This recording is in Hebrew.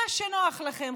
מה שנוח לכם,